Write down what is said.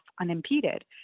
unimpeded